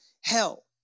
hell